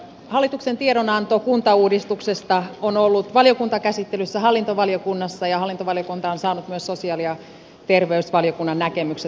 hallituksen tiedonanto kuntauudistuksesta on ollut valiokuntakäsittelyssä hallintovaliokunnassa ja hallintovaliokunta on saanut myös sosiaali ja terveysvaliokunnan näkemykset asiasta